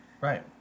right